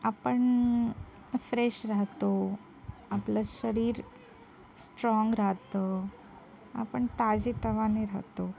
आपण फ्रेश राहतो आपलं शरीर स्ट्राँग राहतं आपण ताजेतवाने राहतो